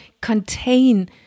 contain